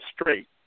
straight